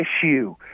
issue